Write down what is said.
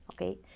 okay